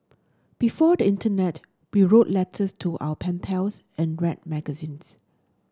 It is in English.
before the internet we wrote letters to our pen pals and read magazines